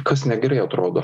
kas negerai atrodo